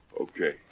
Okay